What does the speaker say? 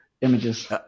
images